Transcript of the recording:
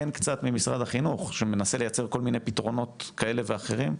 כן קצת ממשרד החינוך שמנסה לייצר כל מיני פתרונות כאלה ואחרים,